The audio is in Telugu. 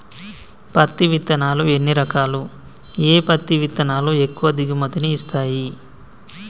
పత్తి విత్తనాలు ఎన్ని రకాలు, ఏ పత్తి విత్తనాలు ఎక్కువ దిగుమతి ని ఇస్తాయి?